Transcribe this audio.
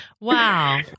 Wow